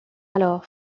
alors